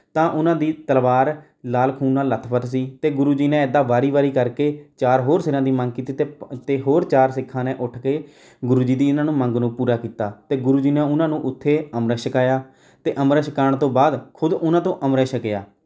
ਤਾਂ ਉਹਨਾਂਂ ਦੀ ਤਲਵਾਰ ਲਾਲ ਖੂਨ ਨਾਲ ਲਥਪਥ ਸੀ ਅਤੇ ਗੁਰੂ ਜੀ ਨੇ ਇੱਦਾਂ ਵਾਰੀ ਵਾਰੀ ਕਰਕੇ ਚਾਰ ਹੋਰ ਸਿਰਾਂ ਦੀ ਮੰਗ ਕੀਤੀ ਅਤੇ ਪ ਅਤੇ ਹੋਰ ਚਾਰ ਸਿੱਖਾਂ ਨੇ ਉੱਠ ਕੇ ਗੁਰੂ ਜੀ ਦੀ ਇਹਨਾਂ ਨੂੰ ਮੰਗ ਨੂੰ ਪੂਰਾ ਕੀਤਾ ਅਤੇ ਗੁਰੂ ਜੀ ਨੇ ਉਹਨਾਂ ਨੂੰ ਉੱਥੇ ਅੰਮ੍ਰਿਤ ਛਕਾਇਆ ਅਤੇ ਅੰਮ੍ਰਿਤ ਛਕਾਉਣ ਤੋਂ ਬਾਅਦ ਖੁਦ ਉਹਨਾਂ ਤੋਂ ਅੰਮ੍ਰਿਤ ਛਕਿਆ